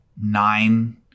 nine